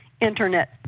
internet